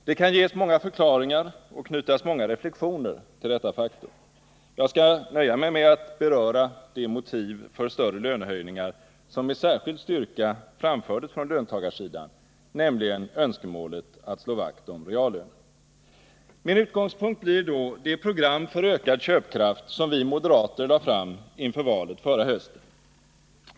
Det kan ges många förklaringar och knytas många reflexioner till detta faktum. Jag skall nöja mig med att beröra det motiv för större lönehöjningar som med särskild styrka framfördes från löntagarsidan, nämligen önskemålet att slå vakt om reallönen. Min utgångspunkt blir då det program för ökad köpkraft som vi moderater lade fram inför valet förra hösten.